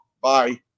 bye